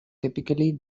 typically